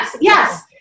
Yes